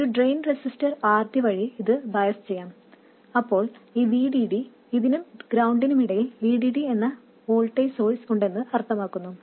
ഒരു drain resistor RD വഴി ഇത് ബയസ് ചെയ്യാം അപ്പോൾ ഈ VDD ഇതിനും ഗ്രൌണ്ടിനുമിടയിൽ VDD എന്ന വോൾട്ടേജ് സോഴ്സ് ഉണ്ടെന്ന് അർഥമാക്കുന്നു